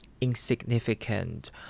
insignificant